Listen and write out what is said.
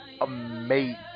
amazing